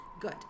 good